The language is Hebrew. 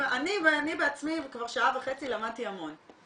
אני בעצמי, כבר שעה וחצי למדתי המון.